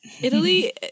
Italy